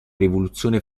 rivoluzione